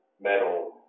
metal